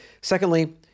secondly